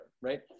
Right